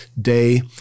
day